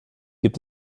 gibt